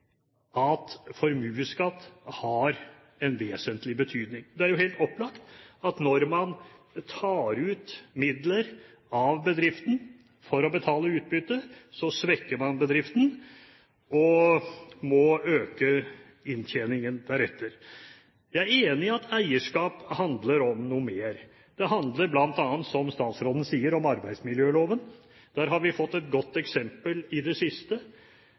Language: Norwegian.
at formuesskatt har en vesentlig betydning. Det er jo helt opplagt at når man tar ut midler av bedriften for å betale utbytte, svekker man bedriften og må øke inntjeningen deretter. Jeg er enig i at eierskap handler om noe mer. Det handler bl.a., som statsråden sier, om arbeidsmiljøloven. Det har vi fått et godt eksempel på i det siste.